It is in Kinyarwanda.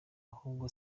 ahubwo